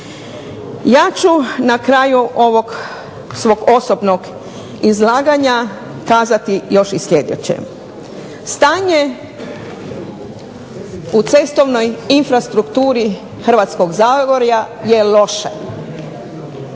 Ja ću na kraju ovog svog osobnog izlaganja kazati još i sljedeće. Stanje u cestovnoj infrastrukturi Hrvatskog zagorja je loše,